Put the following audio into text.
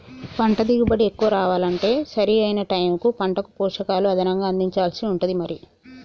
పంట దిగుబడి ఎక్కువ రావాలంటే సరి అయిన టైముకు పంటకు పోషకాలు అదనంగా అందించాల్సి ఉంటది మరి